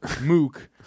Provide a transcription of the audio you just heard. mook